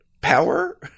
power